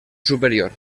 superior